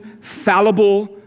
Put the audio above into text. fallible